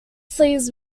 sleeves